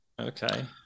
Okay